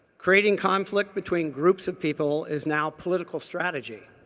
creating conflict between groups of people is now political strategy.